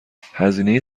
هزینه